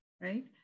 right